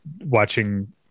watching